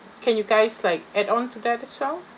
can you guys like add on to that as well